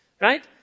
Right